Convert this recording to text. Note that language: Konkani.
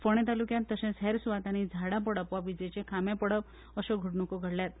फोंडें तालुक्यांत तर्शेच हेर सुवातांनी झाडां पडप वा विजेचे खामे पडप अश्यो घडणुको घडल्यात